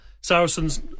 Saracens